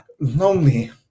lonely